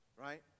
Right